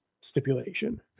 stipulation